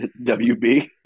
WB